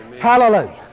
Hallelujah